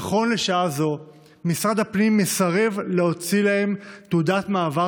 נכון לשעה זו משרד הפנים מסרב להוציא להם תעודת מעבר